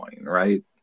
right